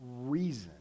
reason